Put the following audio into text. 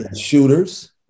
Shooters